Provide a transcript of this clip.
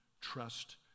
trust